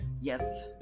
Yes